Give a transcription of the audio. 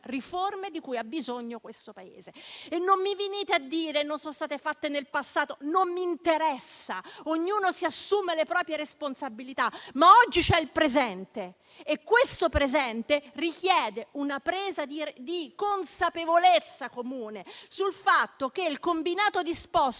riforme di cui ha bisogno questo Paese. E non mi venite a dire che non si è intervenuti nel passato, non mi interessa. Ognuno si assume le proprie responsabilità. Oggi c'è il presente e questo presente richiede una presa di consapevolezza comune sul fatto che il combinato disposto